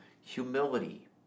humility